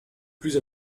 plus